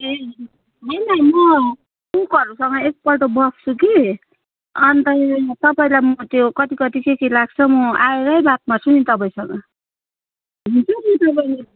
ए होइन होइन कुकहरूसँग एक पल्ट बस्छु कि अन्त तपाईँलाई म त्यो कति कति के के लाग्छ म आएर बात मार्छु नि तपाईँसँग